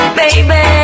baby